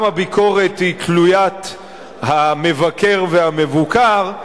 גם הביקורת היא תלוית המבקר והמבוקר,